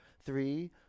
three